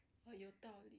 有道理